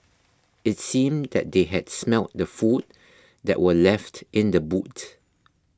it seemed that they had smelt the food that were left in the boot